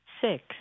six